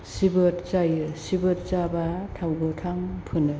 सिबोद जायो सिबोद जाब्ला थाव गोथां फुनो